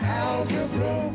algebra